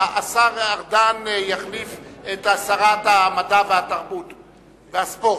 השר ארדן יחליף את שרת המדע, התרבות והספורט.